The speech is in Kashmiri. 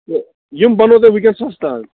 تہٕ یِم بَنو تۄہہِ وُنکٮ۪س سَستہٕ حظ